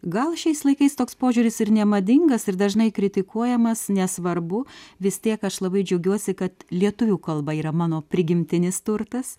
gal šiais laikais toks požiūris ir nemadingas ir dažnai kritikuojamas nesvarbu vis tiek aš labai džiaugiuosi kad lietuvių kalba yra mano prigimtinis turtas